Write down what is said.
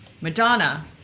Madonna